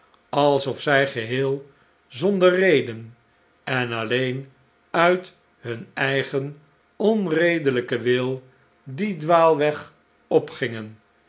alsof zij geheel zonder reden en alleen uit hun eigen onredelijken wil dien dwaalweg opgingen